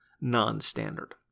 non-standard